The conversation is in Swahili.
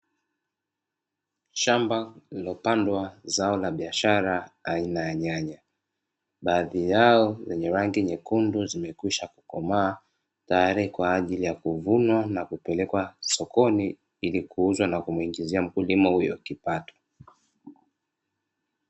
Shamba lililopandwa zao la biashara aina ya nyanya baadhi yao zenye rangi nyekundu zimekwisha kukomaa tayari, kwa ajili ya kuvunwa na kupelekwa sokoni ili kuuzwa na kumuingizia mkulima huyo kipato.